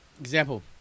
Example